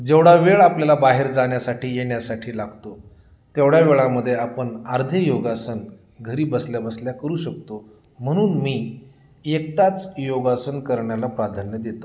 जेवढा वेळ आपल्याला बाहेर जाण्यासाठी येण्या्साठी लागतो तेवढ्या वेळामध्ये आपण अर्धे योगासन घरी बसल्या बसल्या करू शकतो म्हणून मी एकटाच योगासन करण्याला प्राधान्य देतो